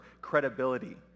credibility